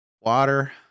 Water